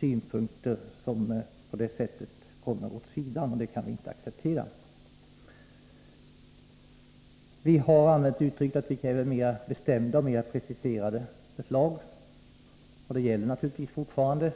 synpunkter har nämligen på det sättet förts åt sidan, och det kan vi inte acceptera. Vi har använt uttrycket att vi kräver mera bestämda och mera preciserade förslag, och det gäller naturligtvis fortfarande.